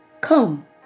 come